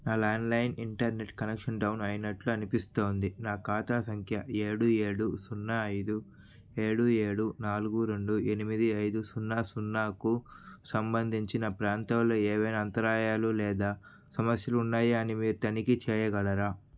నా landline internet connection down అయినట్లు అనిపిస్తోంది నా ఖాతా సంఖ్య ఏడు ఏడు సున్నా ఐదు ఏడు ఏడు నాలుగు రెండు ఎనిమిది ఐదు సున్నా సున్నాకు సంబంధించి నా ప్రాంతంలో ఏవైనా అంతరాయాలు లేదా సమస్యలు ఉన్నాయా అని మీరు తనిఖీ చేయగలరా